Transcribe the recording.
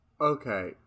Okay